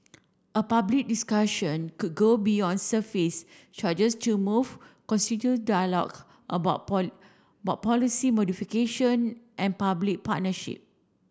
a public discussion could go beyond surface charges to move dialogue about about policy modification and public partnership